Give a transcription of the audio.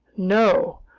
no!